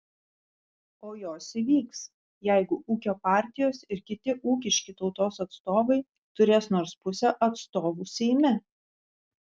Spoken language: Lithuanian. o jos įvyks jeigu ūkio partijos ir kiti ūkiški tautos atstovai turės nors pusę atstovų seime